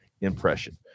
impression